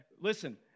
listen